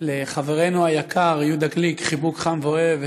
לחברנו היקר יהודה גליק חיבוק חם ואוהב.